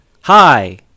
hi